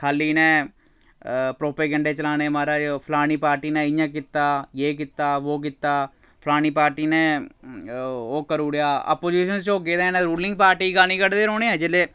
खाल्ली इ'नें propaganda चलाने महाराज फलानी पार्टी ने इ'यां कीता एह् कीता वो कीता फलानी पार्टी ने ओह् करी ओड़ेआ अपोजिशन च होगे ते रूलिंग पार्टी गालीं कड्ढदे रौह्ने जेल्लै